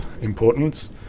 importance